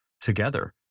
together